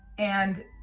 and